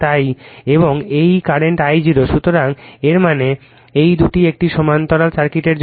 তাই এবং এই কারেন্ট Io সুতরাং এর মানে এই দুটি একটি সমান্তরাল সার্কিটের জন্য